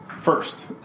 First